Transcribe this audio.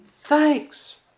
thanks